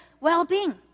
well-being